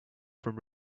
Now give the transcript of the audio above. from